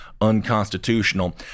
unconstitutional